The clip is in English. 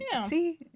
see